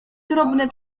drobne